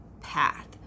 path